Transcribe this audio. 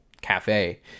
cafe